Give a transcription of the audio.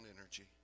energy